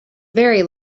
very